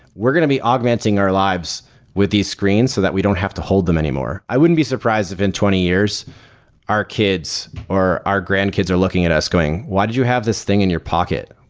we're going to be augmenting our lives with these screens so that we don't have to hold them anymore. i wouldn't be surprised if in twenty years our kids or our grandkids are looking at us going, why did you have this thing in your pocket?